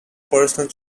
personal